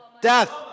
death